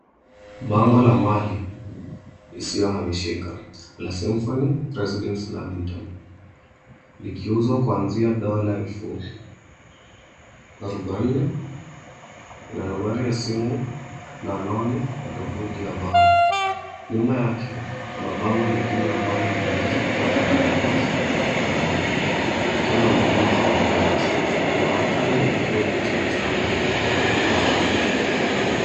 Bango la mali isiyohamishika la {CS} Symphony Residence Lavington {CS}likiuzwa kuanzia {CS}$40,000{CS}Ina nambari ya simu na anwani ya tovuti ya {CS}Vaal{CS}.Nyuma yake kuna bango lingine ambalo linaweza kuwa na matangazo au tangazo. Ikiwa na maneno kama {CS}Payless{CS}.Inaonekana imepigwa picha mchana na anga ni la buluu.